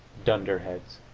dunder-heads.